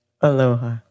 Aloha